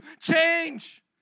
change